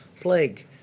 plague